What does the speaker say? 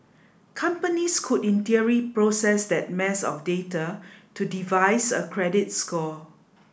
companies could in theory process that mass of data to devise a credit score